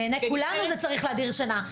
מעיניי כולנו זה צריך להדיר שינה,